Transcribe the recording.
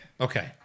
Okay